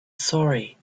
sorry